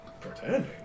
Pretending